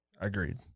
Agreed